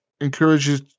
encourages